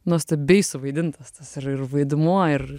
nuostabiai suvaidintas tas ir ir vaidmuo ir